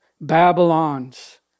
Babylon's